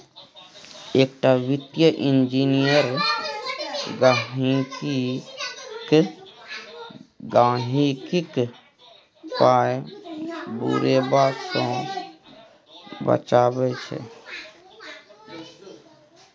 एकटा वित्तीय इंजीनियर गहिंकीक पाय बुरेबा सँ बचाबै छै